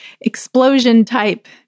explosion-type